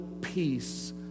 peace